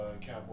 Cowboy